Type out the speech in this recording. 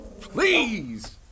please